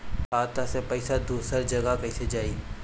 खाता से पैसा दूसर जगह कईसे जाई?